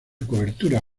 cobertura